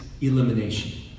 elimination